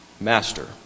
master